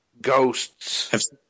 ghosts